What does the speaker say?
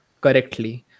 correctly